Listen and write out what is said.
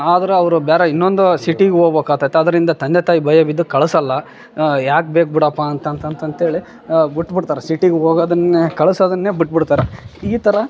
ಆದ್ರ ಅವರು ಬೇರೆ ಇನ್ನೊಂದು ಸಿಟಿಗೆ ಹೋಬೇಕ್ ಆತತ್ ಆದ್ರಿಂದ ತಂದೆ ತಾಯಿ ಭಯ ಬಿದ್ದು ಕಳ್ಸೊಲ್ಲಾ ಯಾಕೆ ಬೇಕು ಬಿಡಪ್ಪಾ ಅಂತಂತಂತೇಳಿ ಬಿಟ್ಟ್ ಬಿಡ್ತಾರ ಸಿಟಿಗೆ ಹೋಗೋದನ್ನೇ ಕಳ್ಸೋದನ್ನೇ ಬಿಟ್ಟ್ ಬಿಡ್ತಾರ ಈ ಥರ